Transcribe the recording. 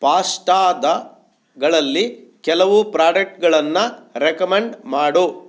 ಪಾಸ್ಟಾಗಳಲ್ಲಿ ಕೆಲವು ಪ್ರಾಡಕ್ಟ್ಗಳನ್ನ ರೆಕಮೆಂಡ್ ಮಾಡು